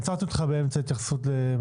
עצרתי אותך באמצע התייחסות.